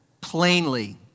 plainly